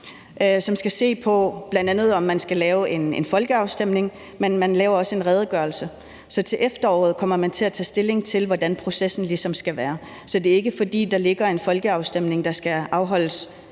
skal se på, om man skal lave en folkeafstemning, men man laver også en redegørelse. Så til efteråret kommer man til at tage stilling til, hvordan processen skal være. Så det er ikke, fordi der er en folkeafstemning, der skal afholdes